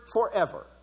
forever